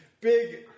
Big